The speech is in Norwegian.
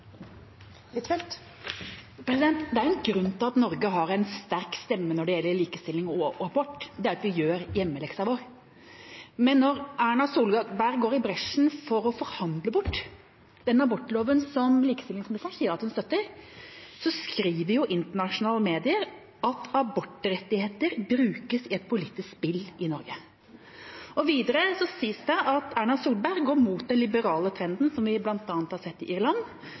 Det er en grunn til at Norge har en sterk stemme når det gjelder likestilling og abort, og det er at vi gjør hjemmeleksen vår. Men når Erna Solberg går i bresjen for å forhandle bort den abortloven som likestillingsministeren sier at hun støtter, skriver internasjonale medier at abortrettigheter brukes i et politisk spill i Norge. Videre sies det at Erna Solberg går imot den liberale trenden, som vi bl.a. har sett i Irland,